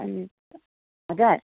हजुर